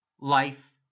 life